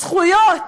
זכויות,